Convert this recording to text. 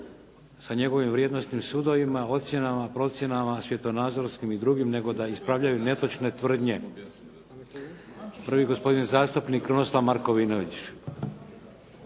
sa njegovim vrijednosnim sudovima, ocjenama, procjenama, svjetonazorskim i drugim, nego da ispravljaju netočne tvrdnje. Prvi, gospodin zastupnik Krunoslav Markovinović.